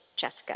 Jessica